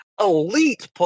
elite